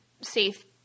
safe